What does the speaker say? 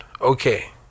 Okay